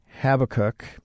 Habakkuk